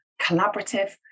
collaborative